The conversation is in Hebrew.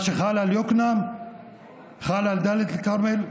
מה שחל על יקנעם חל על דאלית אל-כרמל ועוספיא,